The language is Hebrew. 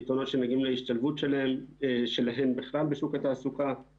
יתרונות שנוגעים להשתלבות שלהם בכלל בשוק התעסוקה,